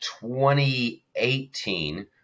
2018